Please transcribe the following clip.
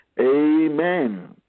Amen